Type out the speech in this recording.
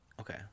Okay